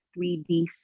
3D